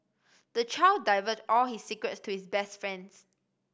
the child divulged all his secrets to his best friends